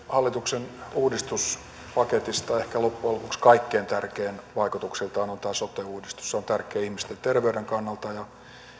hallituksen uudistuspaketista ehkä loppujen lopuksi kaikkein tärkein vaikutuksiltaan on tämä sote uudistus se on tärkeä ihmisten terveyden kannalta